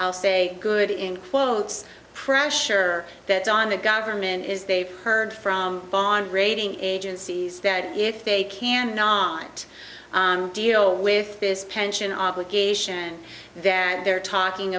i'll say good in quotes pressure that's on the government is they've heard from bond rating agencies that if they can not deal with this pension obligation that they're talking